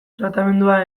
tratamendua